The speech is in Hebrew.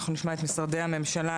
אנחנו נשמע את משרדי הממשלה.